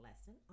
lesson